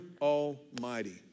Almighty